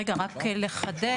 רק לחדד,